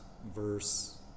verse